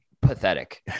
pathetic